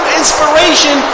inspiration